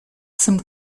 some